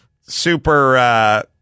super